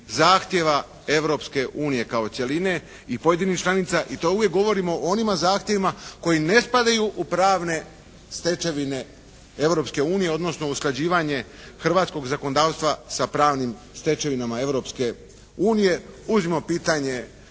zahtjeva Europske unije kao cjeline i pojedinih članica i to uvijek govorimo o onim zahtjevima koji ne spadaju u pravne stečevine Europske unije odnosno usklađivanje hrvatskog zakonodavstva sa pravnim stečevinama Europske unije. Uzmimo pitanje